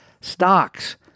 stocks